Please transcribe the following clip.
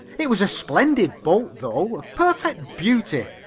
it was a splendid boat though, a perfect beauty,